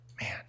man